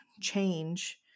change